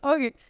Okay